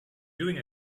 doing